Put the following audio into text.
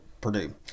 Purdue